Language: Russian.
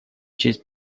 честь